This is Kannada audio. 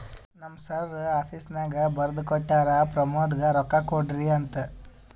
ನಮ್ ಸರ್ ಆಫೀಸ್ನಾಗ್ ಬರ್ದು ಕೊಟ್ಟಾರ, ಪ್ರಮೋದ್ಗ ರೊಕ್ಕಾ ಕೊಡ್ರಿ ಅಂತ್